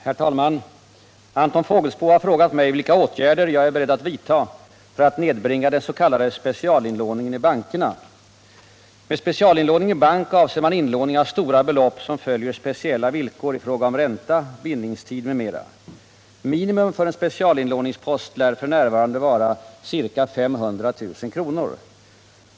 Herr talman! Anton Fågelsbo har frågat mig vilka åtgärder jag är beredd att vidta för att nedbringa den s.k. specialinlåningen i bankerna. Med specialinlåning i bank avser man inlåning av stora belopp som följer speciella villkor i fråga om ränta, bindningstid m.m. Minimum = Nr 30 för en specialinlåningspost lär f.n. vara ca 500 000 kr.